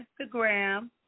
Instagram